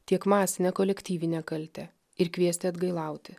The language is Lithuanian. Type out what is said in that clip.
tiek masinę kolektyvinę kaltę ir kviesti atgailauti